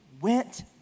went